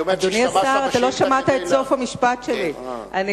היא אומרת שהשתמשת בשאילתא כדי,